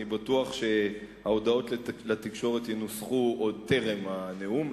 אני בטוח שההודעות לתקשורת ינוסחו עוד טרם הנאום.